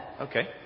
Okay